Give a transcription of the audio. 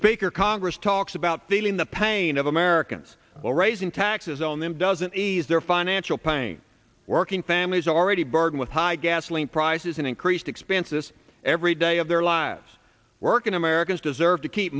speaker congress talks about feeling the pain of americans or raising taxes on them doesn't ease their financial pain working families are already burdened with high gasoline prices and increased expenses every day of their lives working americans deserve to keep